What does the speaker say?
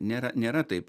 nėra nėra taip